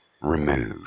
remove